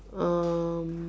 um